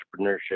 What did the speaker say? entrepreneurship